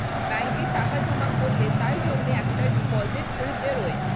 ব্যাংকে টাকা জমা করলে তার জন্যে একটা ডিপোজিট স্লিপ বেরোয়